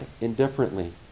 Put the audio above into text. indifferently